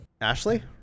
Ashley